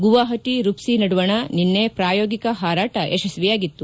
ಗುವಾಹಟಿ ರುಪ್ಲಿ ನಡುವಣ ನಿನ್ನೆ ಪ್ರಾಯೋಗಿಕ ಹಾರಾಟ ಯಶಸ್ವಿಯಾಗಿತ್ತು